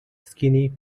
skinny